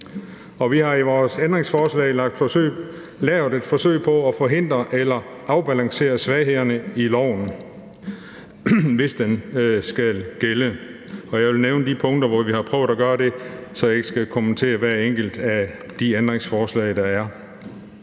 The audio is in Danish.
Vi har i vores ændringsforslag lavet et forsøg på at forhindre eller afbalancere svaghederne i lovforslaget, hvis det skal gælde. Kl. 10:25 Jeg vil nævne de punkter, hvor vi har prøvet at gøre det, så jeg ikke skal kommentere hvert enkelt af de ændringsforslag, der er.